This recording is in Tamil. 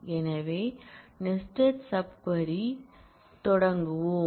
எனவே நெஸ்டட் சப் க்வரி களுடன் தொடங்குவோம்